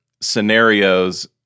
scenarios